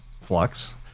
flux